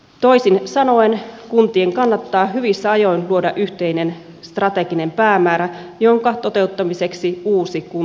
toisin sanoen kuntien kannattaa hyvissä ajoin luoda yhteinen strateginen päämäärä jonka toteuttamiseksi uusi kunta ponnistelee